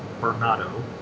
Bernardo